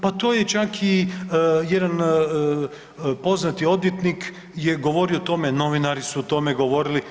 Pa to je čak i jedan poznati odvjetnik je govorio o tome, novinari su o tome govorili.